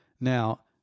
Now